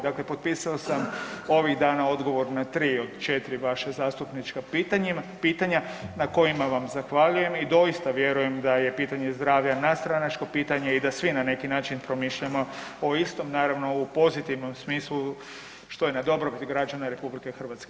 Dakle, potpisao sam ovih dana odgovor na 3 od 4 zastupnička pitanja na kojima vam zahvaljujem i doista vjerujem da je pitanje zdravlja nadstranačko pitanje i da svi na neki način promišljamo o istom, naravno u pozitivnom smislu što je na dobrobiti građana RH.